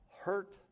hurt